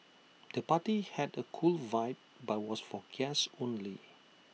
the party had A cool vibe but was for guests only